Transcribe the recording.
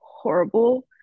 horrible